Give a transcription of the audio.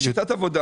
זאת שיטת עבודה,